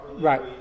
Right